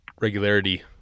regularity